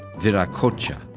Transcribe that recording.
viracocha,